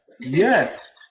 yes